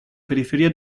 periferia